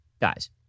Guys